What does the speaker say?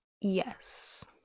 yes